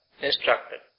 instructed